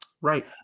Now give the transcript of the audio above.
Right